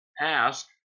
Ask